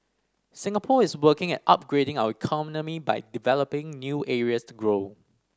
Singapore is working at upgrading our economy by developing new areas to grow